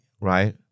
right